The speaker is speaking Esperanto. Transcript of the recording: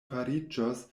fariĝos